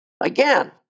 Again